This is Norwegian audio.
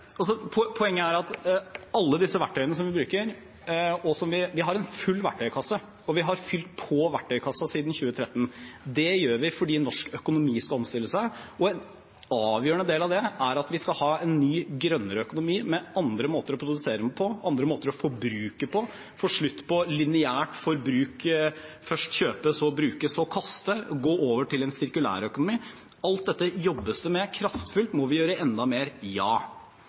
Poenget er at alle disse verktøyene som vi bruker – og vi har en full verktøykasse, og vi har fylt på verktøykassen siden 2013 – bruker vi fordi norsk økonomi skal omstille seg. En avgjørende del av det er at vi skal ha en ny, grønnere økonomi med andre måter å produsere på, andre måter å forbruke på, få slutt på lineært forbruk – først kjøpe, så bruke, så kaste – og gå over til en sirkulærøkonomi. Alt dette jobbes det med – kraftfullt. Må vi gjøre enda mer? Ja.